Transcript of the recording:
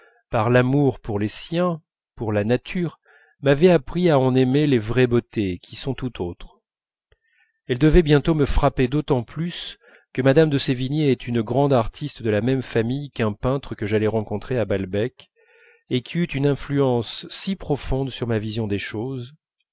par l'amour pour les siens pour la nature m'avait appris à en aimer les vraies beautés qui sont tout autres elles devaient bientôt me frapper d'autant plus que madame de sévigné est une grande artiste de la même famille qu'un peintre que j'allais rencontrer à balbec et qui eut une influence si profonde sur ma vision des choses